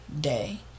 day